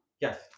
Yes